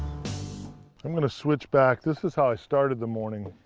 i'm going to switch back. this is how i started the morning.